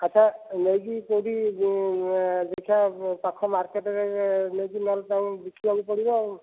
ଆଚ୍ଛା ନେଇକି କୋଉଠି ଏ ଦେଖିବା ପାଖ ମାର୍କେଟ୍ରେ ଏ ନେଇକି ନହେଲେ ତା'କୁ ବିକିବାକୁ ପଡ଼ିବ ଆଉ